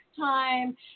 time